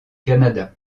canada